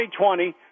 2020